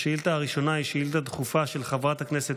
השאילתה הראשונה היא שאילתה דחופה של חברת הכנסת